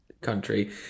country